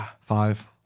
Five